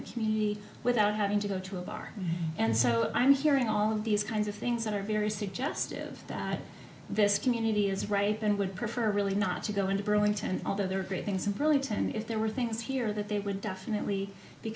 the community without having to go to a bar and so i'm hearing all of these kinds of things that are very suggestive that this community is right and would prefer really not to go into burlington although there are great things in burlington if there were things here that they would definitely be